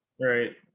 right